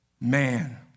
Man